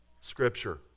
scripture